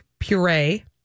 puree